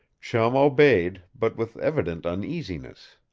chum obeyed, but with evident uneasiness.